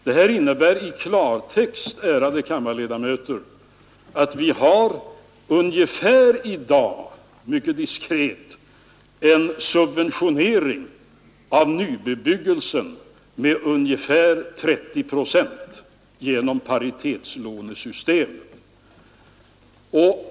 Detta innebär i klartext, ärade kammarledamöter, att vi i dag har ungefär, mycket diskret, en subventionering av kapitalkostnaden i nybebyggelsen med ungefär 30 procent genom paritetslånesystemet.